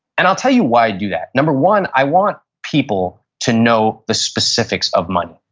and i'll tell you why i do that. number one, i want people to know the specifics of money.